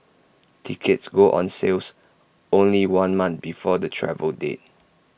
tickets go on sales only one month before the travel date